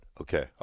Okay